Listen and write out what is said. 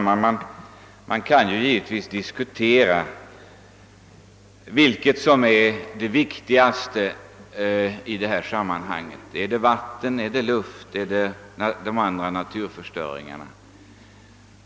Herr talman! Man kan givetvis diskutera vilket som är det viktigaste i detta sammanhang: är det vatten, luft eller andra naturresurser?